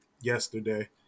yesterday